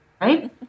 right